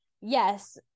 Yes